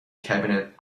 cabinet